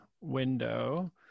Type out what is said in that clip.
window